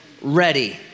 ready